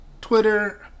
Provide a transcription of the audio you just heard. Twitter